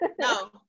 No